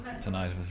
tonight